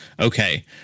Okay